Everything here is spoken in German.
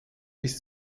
bis